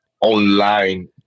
online